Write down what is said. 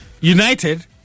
United